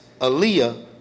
Aaliyah